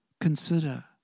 consider